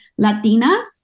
Latinas